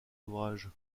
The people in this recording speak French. ouvrages